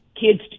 Kids